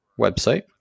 website